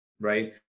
right